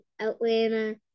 Atlanta